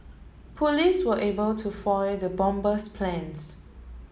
police were able to foil the bomber's plans